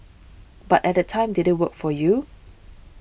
but at that time did it work for you